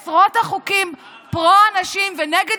על עשרות החוקים שהם פרו-נשים ונגד